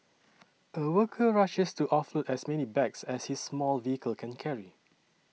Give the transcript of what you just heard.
a worker rushes to off as many bags as his small vehicle can carry